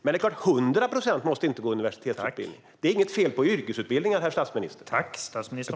Men 100 procent måste inte gå en universitetsutbildning. Det är inget fel på yrkesutbildningar, herr statsminister.